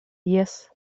jes